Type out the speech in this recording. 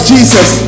Jesus